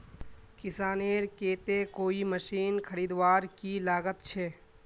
किसानेर केते कोई मशीन खरीदवार की लागत छे?